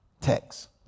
text